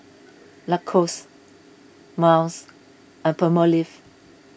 Lacoste Miles and Palmolive